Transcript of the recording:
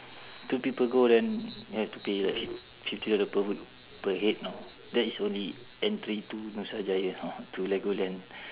two people go then you have to pay like like fif~ fifty dollar per week per head know that is only entry to nusajaya not to Legoland